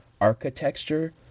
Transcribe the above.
architecture